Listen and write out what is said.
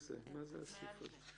מה זה הסעיף הזה?